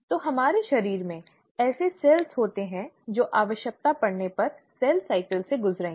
तो हमारे शरीर में ऐसी कोशिकाएँ होती हैं जो आवश्यकता पड़ने पर सेल साइकिल से गुजरेंगी